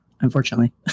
unfortunately